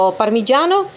parmigiano